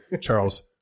Charles